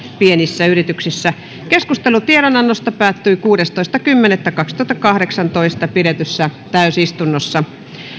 pienissä yrityksissä keskustelu tiedonannosta päättyi kuudestoista kymmenettä kaksituhattakahdeksantoista pidetyssä täysistunnossa